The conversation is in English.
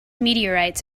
meteorites